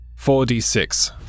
4d6